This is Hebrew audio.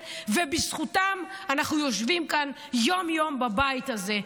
ובזכותם אנחנו יושבים כאן יום-יום בבית הזה.